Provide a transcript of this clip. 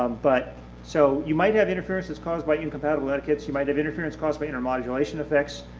um but so you might have interference that's caused by incompatible etiquettes, you might have interference caused by intermodulation effects,